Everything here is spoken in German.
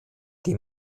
die